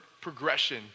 progression